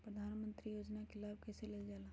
प्रधानमंत्री योजना कि लाभ कइसे लेलजाला?